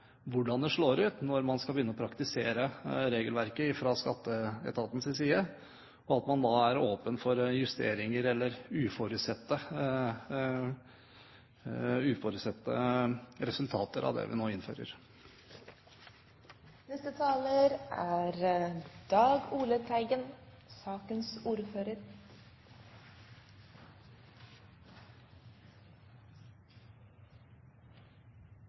skal begynne å praktisere regelverket fra Skatteetatens side, og at man da er åpen for justeringer når det gjelder uforutsette resultater av det vi nå innfører. Jeg synes det er